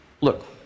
Look